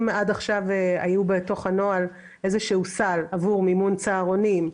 אם עד עכשיו היה בתוך הנוהל איזשהו סל עבור מימון צהרונים,